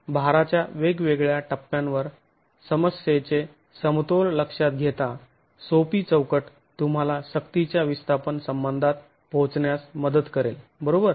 तर भाराच्या वेगवेगळ्या टप्प्यांवर समस्येचे समतोल लक्षात घेता सोपी चौकट तुम्हाला सक्तीच्या विस्थापन संबंधात पोहोचण्यास मदत करेल बरोबर